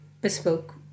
bespoke